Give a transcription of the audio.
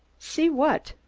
see what?